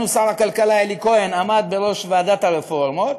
שר הכלכלה אלי כהן עמד בראש ועדת הרפורמות.